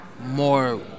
more